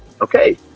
okay